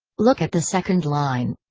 look at the second line.